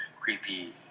creepy